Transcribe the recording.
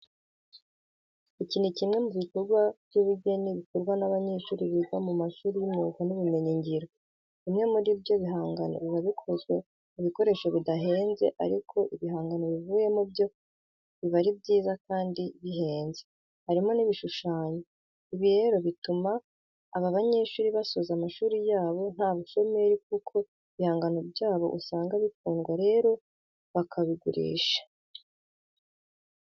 Iki ni kimwe mu bikorwa by'ubugeni bikorwa n'abanyeshuri biga mu mashuri y'imyuga n'ibumenyingiro. Bimwe muri ibyo bihangano biba bikozwe mu bikoresho bidahenze ariko ibihangano bivuyemo byo biba ari byiza kandi bihenze, harimo k'ibishushanyo. Ibi rero bituma aba banyeshuri basoza amashuri yabo nta bushomeri kuko ibihangano byabo usanga bikundwa rero bakabigurisha.